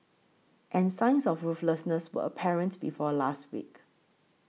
and signs of ruthlessness were apparent before last week